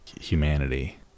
humanity